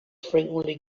frequently